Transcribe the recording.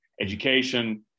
Education